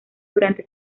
durante